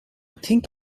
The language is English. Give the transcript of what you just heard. think